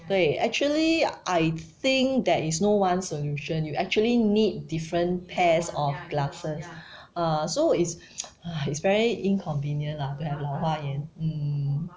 对 actually I think there is no one solution you actually need different pairs of glasses ah so it's it's very inconvenient lah to have 老花眼 mm